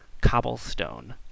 cobblestone